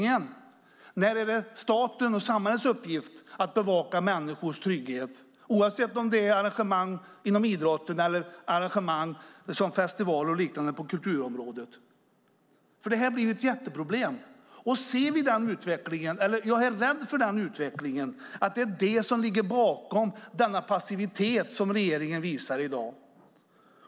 När är det statens och samhällets uppgift att bevaka människors trygghet, oavsett om det är arrangemang inom idrotten eller festivaler och liknande på kulturområdet? Det här blir ett problem. Jag är rädd för att denna utveckling ligger bakom den passivitet som regeringen visar i dag.